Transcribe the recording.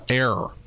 error